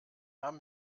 haben